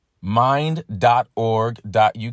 mind.org.uk